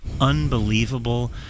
unbelievable